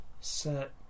Set